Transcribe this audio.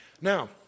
Now